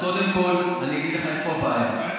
אז קודם כול אני אגיד לך איפה הבעיה,